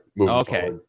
Okay